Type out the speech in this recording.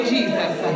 Jesus